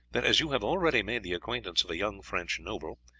that as you have already made the acquaintance of a young french noble,